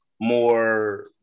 more –